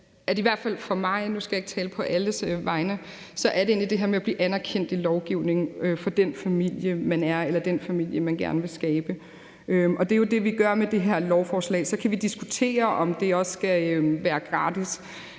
i hvert fald for mig – nu skal jeg ikke tale på alles vegne – er det egentlig det her med at blive anerkendt i lovgivningen for den familie, man er, eller den familie, man gerne vil skabe. Og det er jo det, vi gør med det her lovforslag. Så kan vi diskutere, om det også skal være